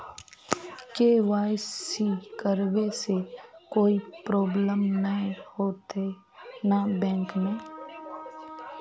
KYC करबे से कोई प्रॉब्लम नय होते न बैंक में?